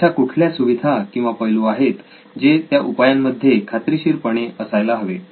अशा कुठल्या सुविधा किंवा पैलू आहेत जे त्या उपायांमध्ये खात्रीशीरपणे असायलाच हवे